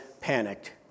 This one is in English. panicked